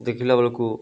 ଦେଖିଲା ବେଳକୁ